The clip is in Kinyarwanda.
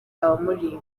abamurinda